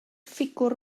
ffigwr